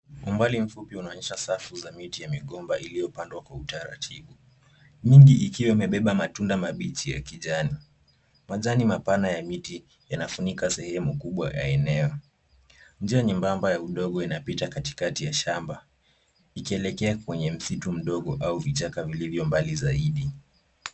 Umbali mfupi unaonyesha safu za miti ya migomba iliyopandwa kwa utaratibu. Mingi ikiwa imebeba matunda mabichi ya kijani. Majani mapana ya miti yanafunika sehemu kubwa ya eneo. Njia nyembamba ya udongo inapita katikati ya shamba. Ikielekea kwenye msitu mdogo au vichaka vilivyo mbali zaidi.